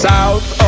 South